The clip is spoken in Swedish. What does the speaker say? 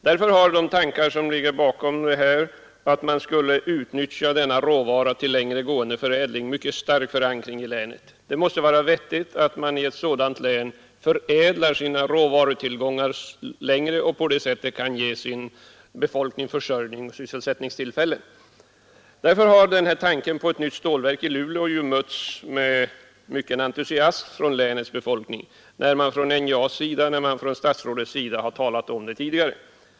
Den tanke som ligger bakom de nu aktuella planerna har varit att man skall utnyttja råvarorna till längre gående förädling med mycket stark förankring i länet. Det måste vara vettigt att man i ett län som Norrbotten förädlar sina råvarutillgångar i högre grad än nu och på det sättet kan ge sin befolkning sysselsättningstillfällen och försörjning. Därför har tanken på ett nytt stålverk i Luleå mötts med mycken entusiasm från länets befolkning när den tidigare framförts från NJA och från statsrådet.